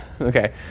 Okay